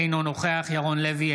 אינו נוכח ירון לוי,